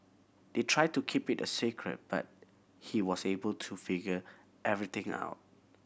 they tried to keep it a secret but he was able to figure everything out